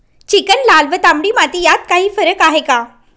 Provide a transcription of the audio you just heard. Chicken, लाल व तांबडी माती यात काही फरक आहे का?